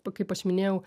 kaip aš minėjau